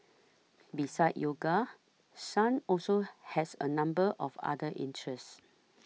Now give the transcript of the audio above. besides yoga Sun also has a number of other interests